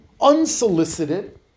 unsolicited